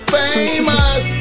famous